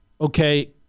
okay